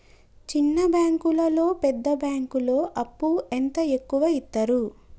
చిన్న బ్యాంకులలో పెద్ద బ్యాంకులో అప్పు ఎంత ఎక్కువ యిత్తరు?